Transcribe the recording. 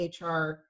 HR